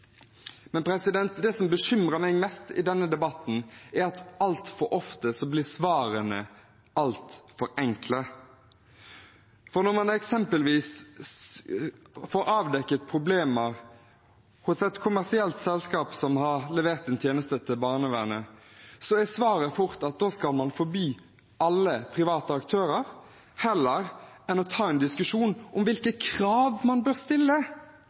Men det som bekymrer meg mest i denne debatten, er at altfor ofte blir svarene altfor enkle. Når man eksempelvis får avdekket problemer hos et kommersielt selskap som har levert en tjeneste til barnevernet, er svaret fort at man skal forby alle private aktører, heller enn å ta en diskusjon om hvilke krav man bør stille.